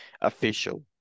official